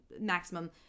maximum